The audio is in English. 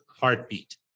heartbeat